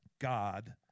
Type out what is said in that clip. God